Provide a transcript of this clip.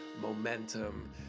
momentum